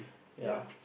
ya